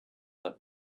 let